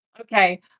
Okay